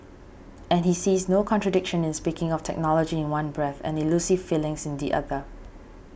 and he sees no contradiction in speaking of technology in one breath and elusive feelings in the other